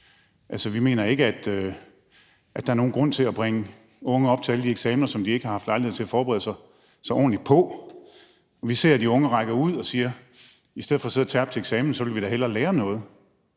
Altså, vi mener ikke, at der er nogen grund til at bringe de unge op til alle de eksamener, som de ikke har haft lejlighed til at forberede sig ordentligt på. Vi ser, at de unge rækker ud og siger: I stedet for at sidde og terpe til eksamen vil vi da hellere lære noget.